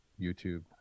YouTube